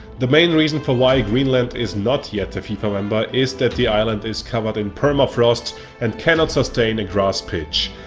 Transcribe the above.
the main reason for why greenland is not yet a fifa member is that the island is covered in permafrost and cannot sustain a grass pitch.